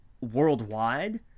worldwide